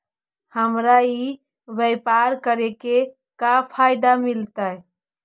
हमरा ई व्यापार करके का फायदा मिलतइ?